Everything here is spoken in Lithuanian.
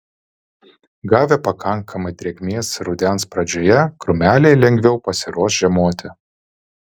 gavę pakankamai drėgmės rudens pradžioje krūmeliai lengviau pasiruoš žiemoti